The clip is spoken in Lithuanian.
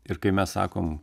ir kai mes sakom